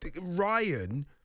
ryan